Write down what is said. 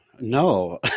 No